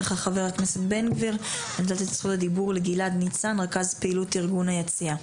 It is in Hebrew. רכז פעילות ארגון היציע.